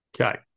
Okay